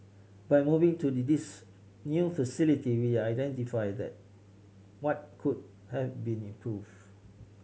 by moving to this new facility we identified what could have be improved